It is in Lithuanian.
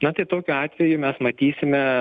na tai tokiu atveju mes matysime